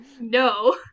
No